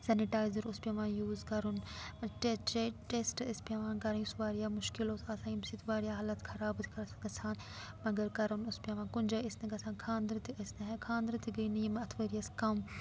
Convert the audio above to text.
sanitiser اوس پٮ۪وان use کَرُن ٹٮ۪سٹ ٲسۍ پٮ۪وان کَرٕنۍ یُس واریاہ مُشکِل اوس آسان ییٚمہِ سۭتۍ واریاہ حالت خراب ٲسۍ گژھان مگر کَرُن اوس پٮ۪وان کُنہِ جایہِ ٲسۍ نہٕ گَژھان خانٛدر تہِ ٲسۍ نہٕ خانٛدر تہِ گٔے نہٕ یِم اَتھ ؤریَس کَم